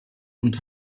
und